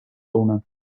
owner